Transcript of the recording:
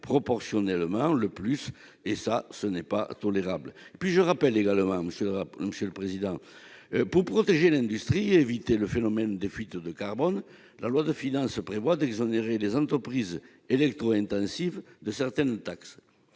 proportionnellement le plus. Ce n'est pas tolérable. Je rappelle également que, pour protéger l'industrie et éviter le phénomène de fuites de carbone, la loi de finances prévoit d'exonérer les entreprises électro-intensives de certaines taxes.